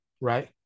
right